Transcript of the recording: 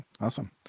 awesome